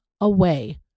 away